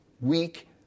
weak